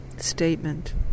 statement